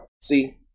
See